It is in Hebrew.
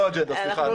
סליחה.